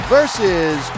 Versus